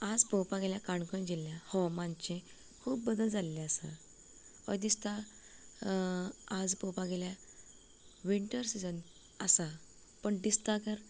आज पळोवपा गेल्या काणकोण जिल्ल्या हवमानचें खूब बदल जाल्ले आसा दिसता आज पळोवपा गेल्या विंटर सिजन आसा पण दिसता कर